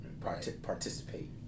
Participate